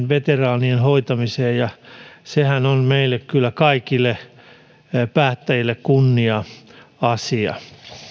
veteraanien hoitamiseen ja sehän on kyllä kaikille meille päättäjille kunnia asia